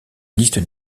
liste